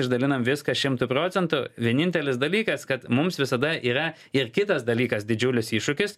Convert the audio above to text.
išdalinam viską šimtu procentų vienintelis dalykas kad mums visada yra ir kitas dalykas didžiulis iššūkis